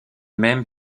même